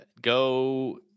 go